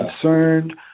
concerned